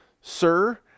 sir